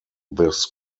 this